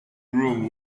room